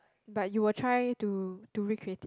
but you will try to to recreate it